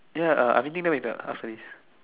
ya uh I meeting them at the Pasir-Ris